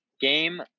game